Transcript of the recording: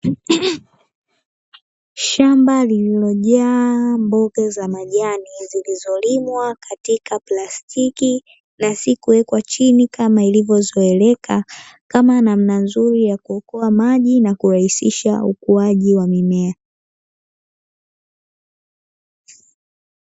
Shamba lililojaa mboga za majani zilizolimwa katika plastiki na si kuwekwa chini kama ilivyozoeleka kama namna nzuri ya kuokoa maji na kurahisisha ukuaji wa mimea.